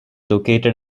located